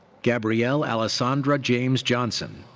gabrielle alessandra james-johnson.